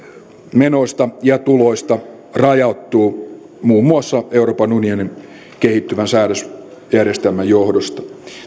menoista ja tuloista rajoittuu muun muassa euroopan unionin kehittyvän säädösjärjestelmän johdosta